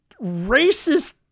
racist